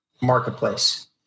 marketplace